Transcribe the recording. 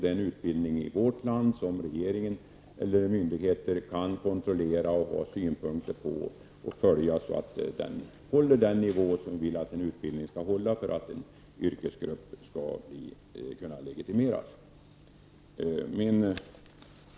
Den utbildningen kan myndigheterna kontrollera och ha synpunkter på, så att den håller den nivå som vi kräver för att en yrkesgrupp skall få legitimation.